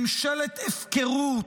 ממשלת הפקרות,